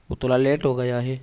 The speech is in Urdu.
وہ تھوڑا لیٹ ہو گیا ہے